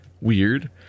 weird